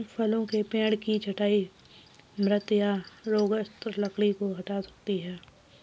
फलों के पेड़ की छंटाई मृत या रोगग्रस्त लकड़ी को हटा सकती है